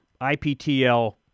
IPTL